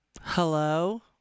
Hello